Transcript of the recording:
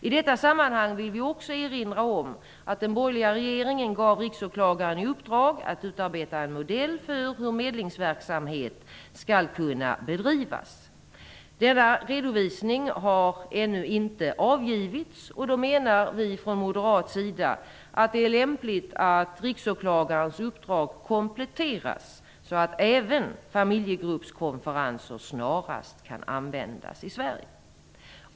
I detta sammanhang vill vi också erinra om att den borgerliga regeringen gav Riksåklagaren i uppdrag att utarbeta en modell för hur medlingsverksamhet skall kunna bedrivas. Denna redovisning har ännu inte avgivits, och då menar vi från moderat sida att det är lämpligt att Riksåklagarens uppdrag kompletteras så att även familjegruppskonferenser snarast kan användas i Sverige.